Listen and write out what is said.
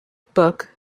book